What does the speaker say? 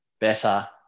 better